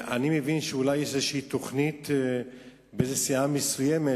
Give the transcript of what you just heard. אני מבין שאולי יש איזושהי תוכנית באיזו סיעה מסוימת,